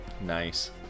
Nice